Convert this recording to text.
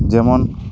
ᱡᱮᱢᱚᱱ